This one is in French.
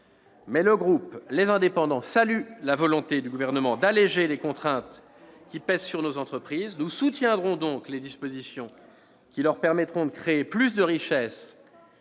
Le groupe Les Indépendants n'en salue pas moins la volonté du Gouvernement d'alléger les contraintes qui pèsent sur nos entreprises. Nous soutiendrons donc les dispositions qui leur permettront de créer plus de richesses